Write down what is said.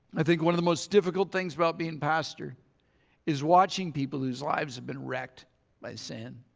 i think one of the most difficult things about being pastor is watching people whose lives have been wrecked by sin.